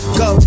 go